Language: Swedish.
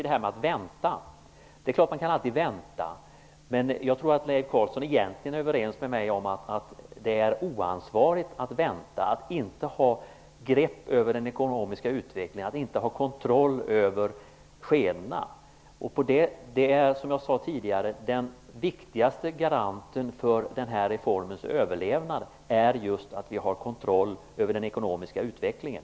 Det är klart att man kan vänta, men jag tror att Leif Carlson och jag egentligen är överens om att det är oansvarigt att vänta, att inte ha grepp om den ekonomiska utvecklingen och att inte ha kontroll över skeendet. Som jag tidigare sagt är den viktigaste garanten för den här reformens överlevnad just att vi har kontroll över den ekonomiska utvecklingen.